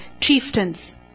chieftains